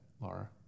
Laura